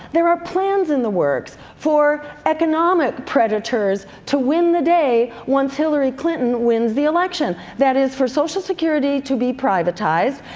there are plans in the works for economic predators to win the day when hillary clinton wins the election. that is for social security to be privatized,